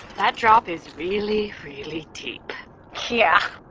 that drop is really, really deep yeah.